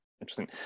Interesting